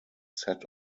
set